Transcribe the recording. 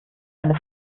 eine